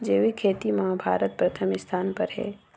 जैविक खेती म भारत प्रथम स्थान पर हे